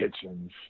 Kitchens